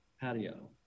patio